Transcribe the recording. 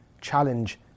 challenge